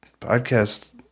podcast